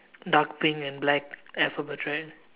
dark pink and black alphabet right